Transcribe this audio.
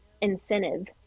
incentive